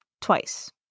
twice